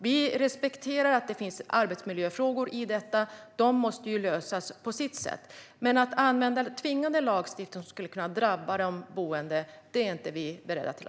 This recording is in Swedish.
Vi respekterar att det finns arbetsmiljöfrågor i detta. De måste lösas på sitt sätt. Men att använda tvingande lagstiftning som skulle kunna drabba de boende är vi inte beredda till.